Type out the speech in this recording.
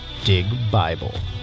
DIGBIBLE